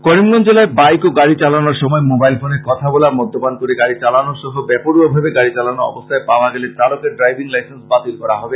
করিমগঞ্জ জেলায় বাইক ও গাড়ী চালানোর সময় মোবাইল ফোনে কথা বলা মদ্যপান করে গাড়ী চালনা সহ বেপরোয়াভাবে গাড়ী চালানো অবস্থায় পাওয়া গেলে চালকের ড্রাইভিং লাইসেন্স বাতিল করা হবে